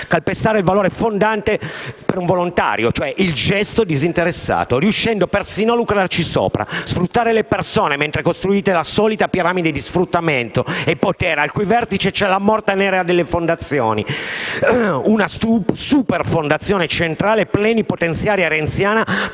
Calpestare il valore fondante per un volontario, cioè il gesto disinteressato, riuscendo persino a lucrarci sopra. Sfruttare le persone, mentre costruite la solita piramide di sfruttamento e potere, al cui vertice c'è la "morte nera" delle fondazioni, una superfondazione centrale plenipotenziaria renziana